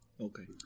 Okay